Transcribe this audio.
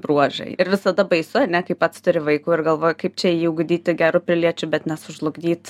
bruožai ir visada baisu ane kai pats turi vaikų ir galvoji kaip čia jį ugdyti geru piliečiu bet nesužlugdyt